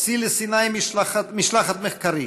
הוציא לסיני משלחת מחקרית,